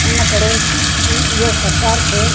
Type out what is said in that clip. उन करे इहो सरकार खे